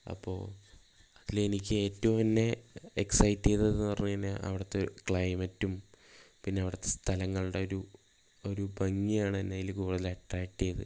അപ്പോൾ അതിലെനിക്കേറ്റവും എന്നെ എക്സൈറ്റ് ചെയ്തതെന്ന് പറഞ്ഞുകഴിഞ്ഞാൽ അവിടുത്തെ ക്ലൈമറ്റും പിന്നെ അവിടുത്തെ സ്ഥലങ്ങളുടെ ഒരു ഒരു ഭംഗിയാണ് എന്നെ അതിൽ കൂടുതൽ അട്രാക്ട് ചെയ്തത്